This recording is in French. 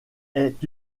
est